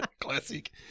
Classic